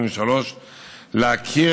להכרת